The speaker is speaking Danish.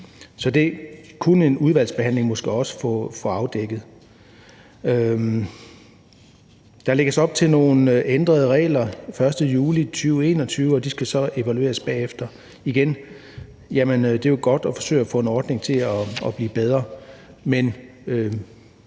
Så det kunne en udvalgsbehandling måske også få afdækket. Der lægges op til nogle ændrede regler den 1. juli 2021, og de skal så evalueres bagefter. Igen vil jeg sige: Jamen det er jo godt at forsøge at få en ordning til at blive bedre, men